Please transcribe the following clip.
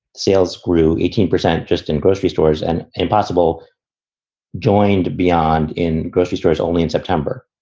sales grew eighteen percent just in grocery stores and impossible joined beyond in grocery stores only in september.